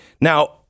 Now